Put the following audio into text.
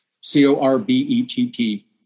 C-O-R-B-E-T-T